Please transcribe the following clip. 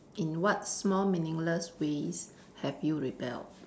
in what small meaningless ways have you rebelled